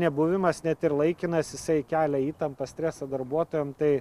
nebuvimas net ir laikinas jisai kelia įtampą stresą darbuotojam tai